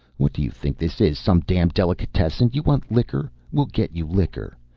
what do you think this is, some damn delicatessen? you want liquor, we'll get you liquor.